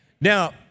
Now